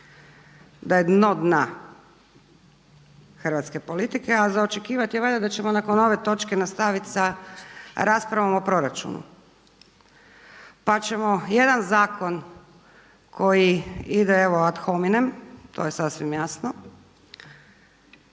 da je dno dna hrvatske politike a za očekivati je valjda da ćemo nakon ove točke nastavit sa raspravom o proračunu. Pa ćemo jedan zakon koji ide evo ad hominem to je sasvim jasno,